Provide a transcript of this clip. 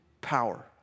power